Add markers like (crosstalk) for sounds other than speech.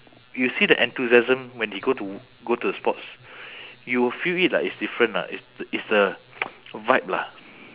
you see the enthusiasm when he go to go to the sports you will feel it like it's different ah it's it's the (noise) vibe lah